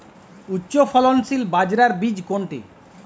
উচ্চফলনশীল বাজরার বীজ কোনটি?